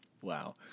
Wow